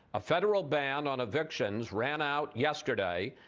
a federal ban on evictions ran out yesterday,